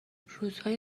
روزهای